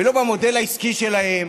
ולא במודל העסקי שלהם